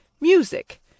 MUSIC